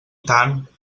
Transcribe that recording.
tant